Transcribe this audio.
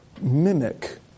mimic